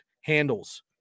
handles